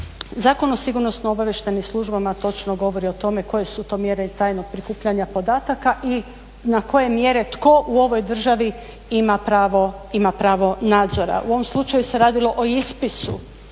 zakon o sigurnosno obavještajnim službama točno govori o tome koje su to mjere tajnog prikupljanja podataka i na koje mjere tko u ovoj državi ima pravo nadzora. U ovom slučaju se radilo o ispisu